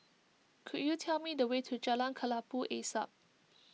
could you tell me the way to Jalan Kelabu Asap